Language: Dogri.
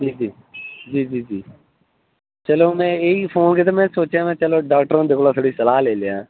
जी जी जी जी ते फोन चलो में इयै सोचेआ की चलो में हा डॉक्टर हुंदे कोला थोह्ड़ी सलाह् लेई लैने आं